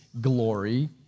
glory